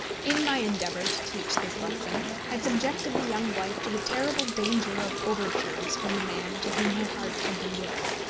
in my endeavour to teach this lesson i subjected the young wife to the terrible danger of overtures from the man to whom her heart had been given.